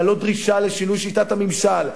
להעלות דרישה לשינוי שיטת הממשל.